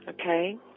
Okay